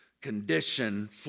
condition